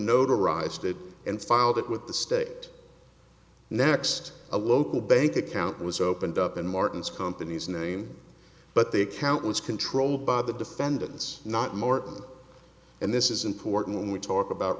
it and filed it with the state next a local bank account was opened up in martin's company's name but they account was controlled by the defendants not martin and this is important when we talk about